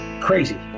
crazy